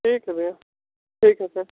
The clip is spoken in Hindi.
ठीक है भैया ठीक है फिर